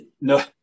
No